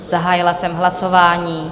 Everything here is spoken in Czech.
Zahájila jsem hlasování.